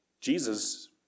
Jesus